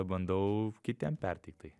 bandau kitiem perteikt tai